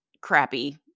crappy